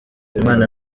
umwana